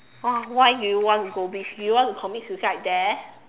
!wah! why do you want to go beach do you want to commit suicide there